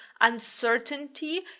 uncertainty